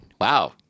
wow